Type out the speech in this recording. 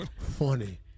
funny